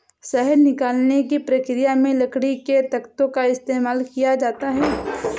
शहद निकालने की प्रक्रिया में लकड़ी के तख्तों का इस्तेमाल किया जाता है